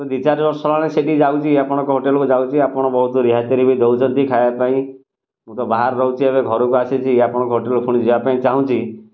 ଦି ଚାରି ବର୍ଷ ହେଲାଣି ସେଠିକି ଯାଉଛି ଆପଣଙ୍କ ହୋଟେଲକୁ ଯାଉଛି ଆପଣ ବହୁତ ରିହାତିରେ ବି ଦେଉଛନ୍ତି ଖାଇବା ପାଇଁ ମୁଁ ତ ବାହାରେ ରହୁଛି ଏବେ ଘରକୁ ଆସିଛି ଆପଣଙ୍କ ହୋଟେଲକୁ ପୁଣି ଯିବା ପାଇଁ ଚାହୁଁଛି